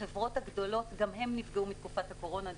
החברות הגדולות גם נפגעו מתקופת הקורונה.